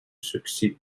succeed